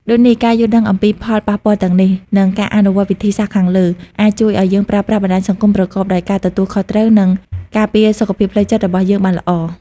ដូចនេះ ការយល់ដឹងអំពីផលប៉ះពាល់ទាំងនេះ និងការអនុវត្តវិធីសាស្រ្តខាងលើ អាចជួយឱ្យយើងប្រើប្រាស់បណ្ដាញសង្គមប្រកបដោយការទទួលខុសត្រូវ និងការពារសុខភាពផ្លូវចិត្តរបស់យើងបានល្អ។